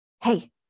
Hey